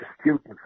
students